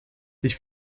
ich